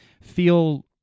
feel